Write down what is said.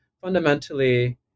Fundamentally